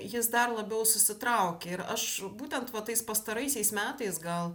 jis dar labiau susitraukia ir aš būtent va tais pastaraisiais metais gal